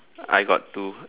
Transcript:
I got two